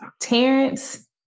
Terrence